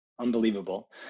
unbelievable